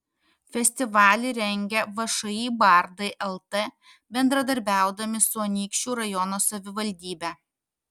festivalį rengia všį bardai lt bendradarbiaudami su anykščių rajono savivaldybe